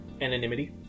Anonymity